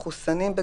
מחוסנים,